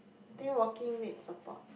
think walking need support